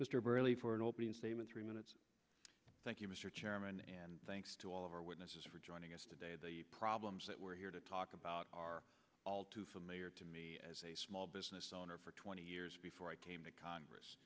burley for an opening statement three minutes thank you mr chairman and thanks to all of our witnesses for joining us today the problems that we're here to talk about are all too familiar to me as a small business owner for twenty years before i came to congress